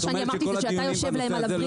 מה שאמרתי זה שאתה יושב להם על הווריד פה